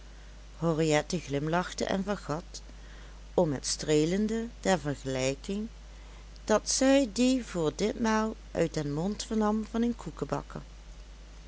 henriette glimlachte en vergat om het streelende der vergelijking dat zij die voor ditmaal uit den mond vernam van een koekebakker